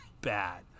bad